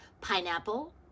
pineapple